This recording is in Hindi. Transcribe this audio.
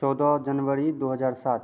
चौदह जनवरी दो हज़ार सात